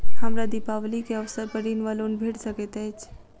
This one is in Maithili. हमरा दिपावली केँ अवसर पर ऋण वा लोन भेट सकैत अछि?